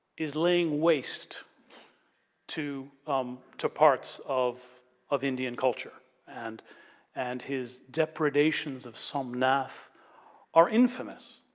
is laying waste to um to parts of of indian culture and and his depredations of somnath are infamous.